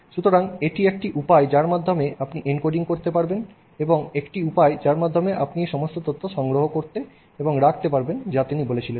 সুতরাং এটি একটি উপায় যার মাধ্যমে আপনি এনকোডিং করতে পারবেন এবং একটি উপায় যার মাধ্যমে আপনি এই সমস্ত তথ্য সংগ্রহ করতে এবং রাখতে পারবেন যা তিনি বলেছিলেন